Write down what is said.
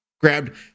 grabbed